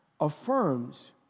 affirms